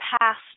past